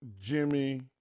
Jimmy